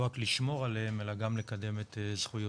לא רק לשמור עליהם אלא גם לקדם את זכויותיהם,